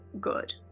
good